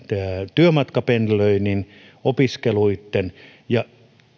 työmatkapendelöinnin ja opiskeluitten ja